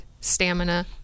stamina